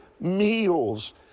meals